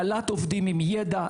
קלט עובדים עם ידע,